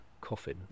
coffin